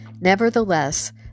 Nevertheless